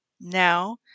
Now